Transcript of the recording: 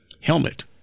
helmet